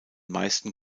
meisten